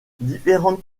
différentes